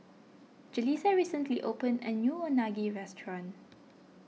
Jalisa recently opened a new Unagi restaurant